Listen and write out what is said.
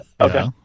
Okay